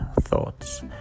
thoughts